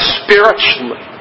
spiritually